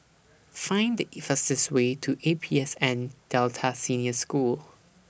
Find The IT fastest Way to A P S N Delta Senior School